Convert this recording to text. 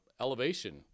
elevation